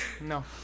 No